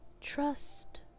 Trust